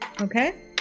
Okay